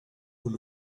con